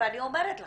ואני אומרת לכם,